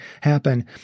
happen